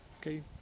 Okay